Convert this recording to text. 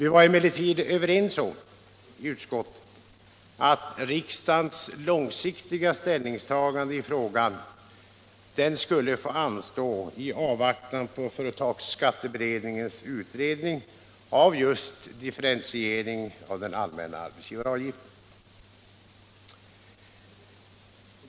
Vi var emellertid i utskottet överens om att riksdagens långsiktiga ställningstagande i frågan skulle få anstå i avvaktan på företagsskatteberedningens utredning av just frågan om differentiering av den allmänna arbetsgivaravgiften.